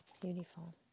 Beautiful